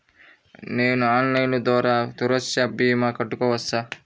నేను ఆన్లైన్ ద్వారా సురక్ష భీమా కట్టుకోవచ్చా?